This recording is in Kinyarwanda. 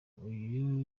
uyu